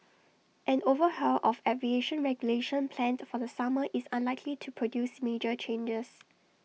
an overhaul of aviation regulation planned for the summer is unlikely to produce major changes